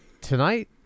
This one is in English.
Tonight